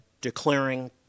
declaring